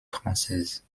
française